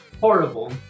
horrible